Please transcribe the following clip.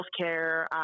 healthcare